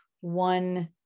one